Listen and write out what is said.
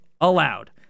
allowed